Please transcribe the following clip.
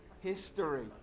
History